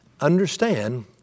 Understand